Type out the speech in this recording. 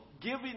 giving